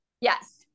yes